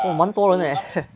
!wah! 蛮多人 leh